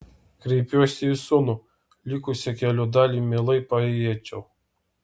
kreipiuosi į sūnų likusią kelio dalį mielai paėjėčiau